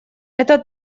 это